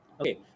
Okay